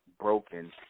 broken